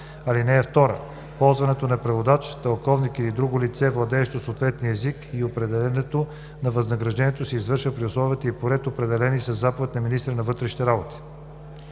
или тълковник. (2) Ползването на преводач, тълковник или друго лице, владеещо съответния език, и определянето на възнаграждение се извършва при условия и по ред, определени със заповед на министъра на вътрешните работи.“